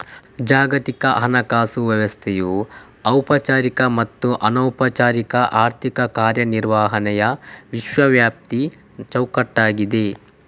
ಜಾಗತಿಕ ಹಣಕಾಸು ವ್ಯವಸ್ಥೆಯು ಔಪಚಾರಿಕ ಮತ್ತು ಅನೌಪಚಾರಿಕ ಆರ್ಥಿಕ ಕಾರ್ಯ ನಿರ್ವಹಣೆಯ ವಿಶ್ವವ್ಯಾಪಿ ಚೌಕಟ್ಟಾಗಿದೆ